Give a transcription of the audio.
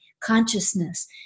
Consciousness